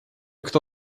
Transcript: кто